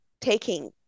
taking